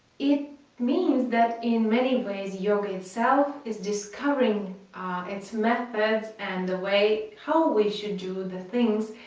it means that in many ways yoga itselfl is discovering its method and the way how we should do the things.